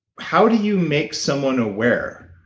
how do you make someone aware?